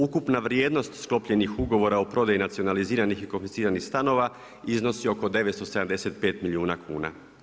Ukupna vrijednost sklopljenih ugovora o prodaji nacionaliziranih i konfisciranih stanova iznosi oko 975 milijuna kuna.